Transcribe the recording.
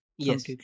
Yes